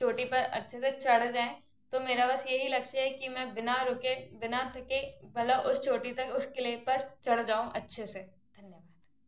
चोटी पर अच्छे से चढ़ जाए तो मेरा बस यही लक्ष्य है कि मैं बिना रुके बिना थके भला उस चोटी तक उस किले पर चढ़ जाऊँ अच्छे से धन्यवाद